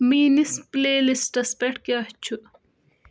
میٲنِس پٕلے لسٹس پٮ۪ٹھ کیاہ چھُ ؟